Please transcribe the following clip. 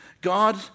God